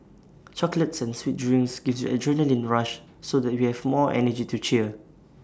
chocolates and sweet drinks gives adrenaline rush so that we have more energy to cheer